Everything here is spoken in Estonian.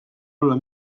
olla